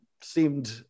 Seemed